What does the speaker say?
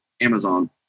Amazon